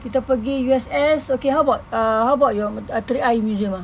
kita pergi U_S_S okay how about uh how about your trick eye museum ah